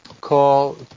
call